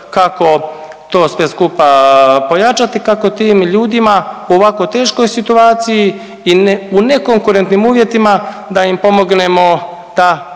kako to sve skupa pojačati, kako tim ljudima u ovako teškoj situaciji i u nekonkurentnim uvjetima da im pomognemo da